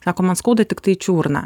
sako man skauda tiktai čiurną